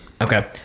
okay